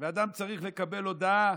ואדם צריך לקבל הודעה